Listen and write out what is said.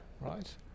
right